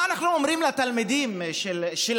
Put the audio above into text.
מה אנחנו אומרים לתלמידים שלנו,